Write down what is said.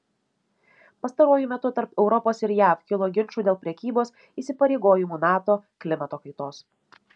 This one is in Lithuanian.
pastaruoju metu tarp europos ir jav kilo ginčų dėl prekybos įsipareigojimų nato klimato kaitos